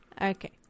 Okay